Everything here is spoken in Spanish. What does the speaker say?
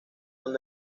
son